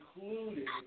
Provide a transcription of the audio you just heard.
included